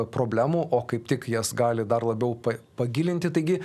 problemų o kaip tik jas gali dar labiau pa pagilinti taigi